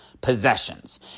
possessions